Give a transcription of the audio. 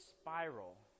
spiral